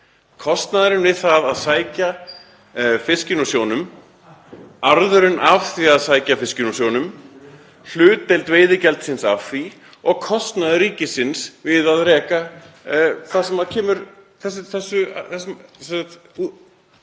Kostnaðurinn við það að sækja fiskinn úr sjónum, arðurinn af því að sækja fiskinn úr sjónum, hlutdeild veiðigjaldsins af því og kostnaður ríkisins við að reka það sem kemur